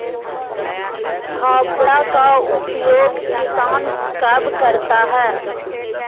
फावड़ा का उपयोग किसान कब करता है?